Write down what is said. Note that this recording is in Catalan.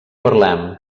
parlem